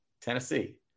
Tennessee